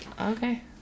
Okay